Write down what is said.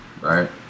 right